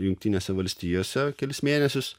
jungtinėse valstijose kelis mėnesius